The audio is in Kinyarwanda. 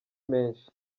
menshi